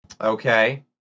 Okay